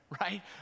right